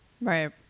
Right